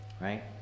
right